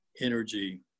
energy